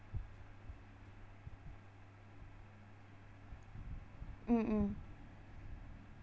mm mm